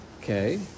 Okay